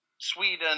Sweden